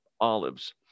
Olives